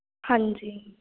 ਹਾਂਜੀ